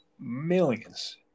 millions